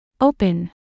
Open